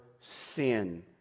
sin